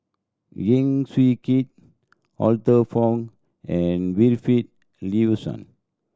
Heng Swee Keat Arthur Fong and Wilfed Lawson